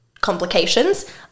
complications